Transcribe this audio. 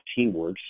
Teamworks